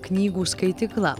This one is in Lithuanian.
knygų skaitykla